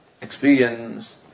experience